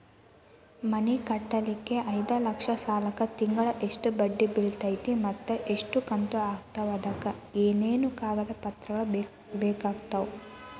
ಮನಿ ಕಟ್ಟಲಿಕ್ಕೆ ಐದ ಲಕ್ಷ ಸಾಲಕ್ಕ ತಿಂಗಳಾ ಎಷ್ಟ ಬಡ್ಡಿ ಬಿಳ್ತೈತಿ ಮತ್ತ ಎಷ್ಟ ಕಂತು ಆಗ್ತಾವ್ ಅದಕ ಏನೇನು ಕಾಗದ ಪತ್ರ ಬೇಕಾಗ್ತವು?